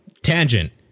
tangent